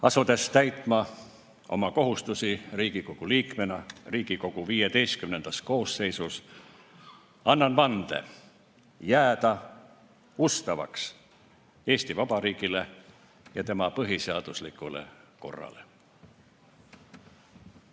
Asudes täitma oma kohustusi Riigikogu liikmena Riigikogu XV koosseisus, annan vande jääda ustavaks Eesti Vabariigile ja tema põhiseaduslikule korrale.